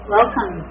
Welcome